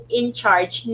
in-charge